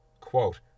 Quote